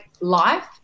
life